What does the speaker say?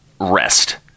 rest